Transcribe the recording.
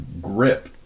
grip